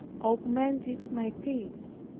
augmented my peace.